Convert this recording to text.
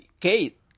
Kate